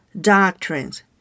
doctrines